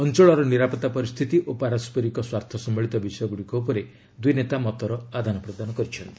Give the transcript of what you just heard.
ଅଞ୍ଚଳର ନିରାପତ୍ତା ପରିସ୍ଥିତି ଓ ପରସ୍କରିକ ସ୍ୱାର୍ଥ ସମ୍ଭଳିତ ବିଷୟଗୁଡ଼ିକ ଉପରେ ଦୁଇ ନେତା ମତର ଆଦାନପ୍ରଦାନ କରିଛନ୍ତି